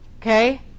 okay